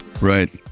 Right